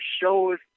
shows